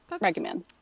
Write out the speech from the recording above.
recommend